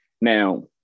Now –